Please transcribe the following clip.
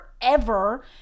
forever